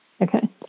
Okay